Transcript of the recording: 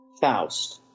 Faust